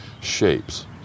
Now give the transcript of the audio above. shapes